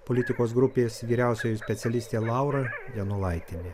politikos grupės vyriausioji specialistė laura janulaitienė